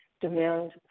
Demand